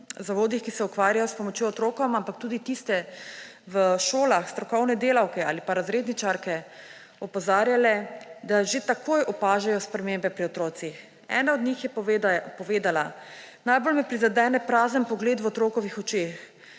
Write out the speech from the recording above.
zavodih, ki se ukvarjajo s pomočjo otrokom, ampak tudi tiste v šolah, strokovne delavke ali pa razredničarke opozarjale, da že takoj opažajo spremembe pri otrocih. Ena od njih je povedala: »Najbolj me prizadene prazen pogled v otrokovih očeh,